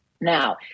now